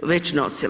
već nosila.